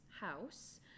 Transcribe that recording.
house